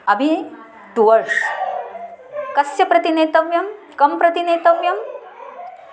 अभि टुवर्ड्स् कस्य प्रति नेतव्यं कं प्रति नेतव्यं